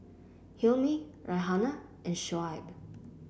Hilmi Raihana and Shoaib